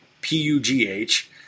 P-U-G-H